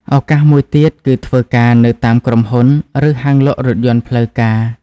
ឱកាសមួយទៀតគឺធ្វើការនៅតាមក្រុមហ៊ុនឬហាងលក់រថយន្តផ្លូវការ។